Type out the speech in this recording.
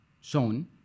shown